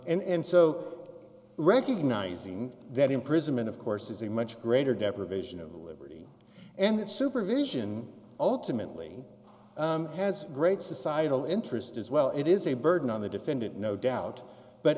want and so recognizing that imprisonment of course is a much greater deprivation of liberty and that supervision ultimately has great societal interest as well it is a burden on the defendant no doubt but